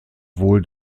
wohl